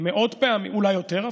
מאות פעמים, אולי יותר אפילו,